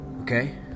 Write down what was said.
Okay